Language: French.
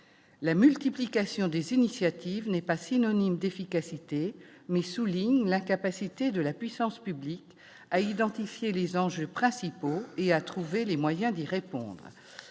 la multiplication des initiatives n'est pas synonyme d'efficacité mais souligne l'incapacité de la puissance publique à identifier les enjeux principaux et à trouver les moyens d'y répondre,